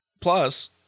Plus